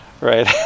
right